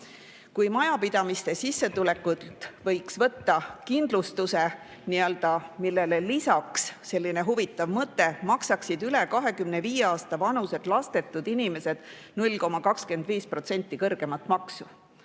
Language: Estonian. Majapidamiste sissetulekult võiks võtta nii-öelda kindlustuse, millele lisaks – selline huvitav mõte – maksaksid üle 25 aasta vanused lastetud inimesed 0,25% kõrgemat maksu.